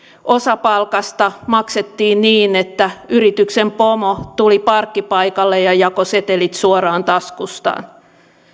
osa palkasta maksettiin niin että yrityksen pomo tuli parkkipaikalle ja jakoi setelit suoraan taskustaan